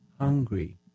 hungry